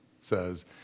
says